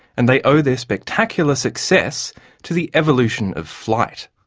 and they owe their spectacular success to the evolution of flight.